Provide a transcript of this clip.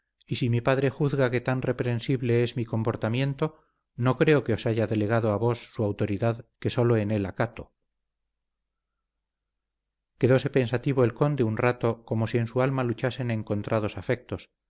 y si mi padre juzga que tan reprensible es mi comportamiento no creo que os haya delegado a vos su autoridad que sólo en él acato quedóse pensativo el conde un rato como si en su alma luchasen encontrados afectos